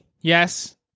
yes